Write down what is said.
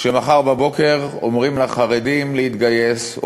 שמחר בבוקר אומרים לחרדים להתגייס,